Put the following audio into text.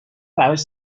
براش